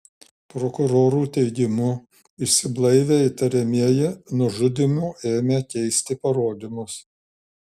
prokurorų teigimu išsiblaivę įtariamieji nužudymu ėmė keisti parodymus